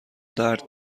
درد